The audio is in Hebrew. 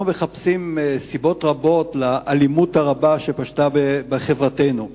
אנחנו מחפשים סיבות רבות לאלימות הרבה שפשתה בחברתנו.